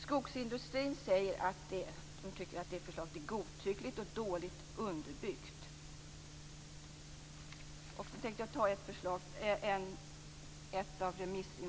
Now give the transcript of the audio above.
Skogsindustrin tycker att förslaget är godtyckligt och dåligt underbyggt.